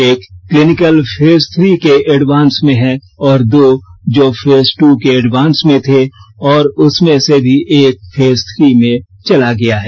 एक clinical phase three के advance में है और दो जो फेज दू को एडवांस में थे और उसमें से भी एक फेज थ्री में चला गया है